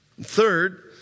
Third